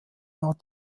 war